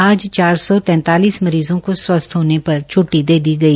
आज चार सौ तैंतालिस मरीज़ों को स्वस्थ होने पर छुट्टी दे दी गई